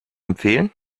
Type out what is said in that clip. empfehlen